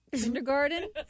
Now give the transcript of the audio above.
kindergarten